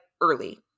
early